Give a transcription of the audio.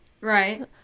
Right